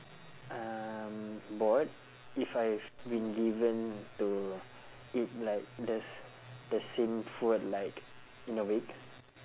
um bored if I have been given to eat like the s~ the same food like in a week